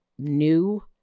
new